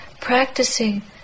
practicing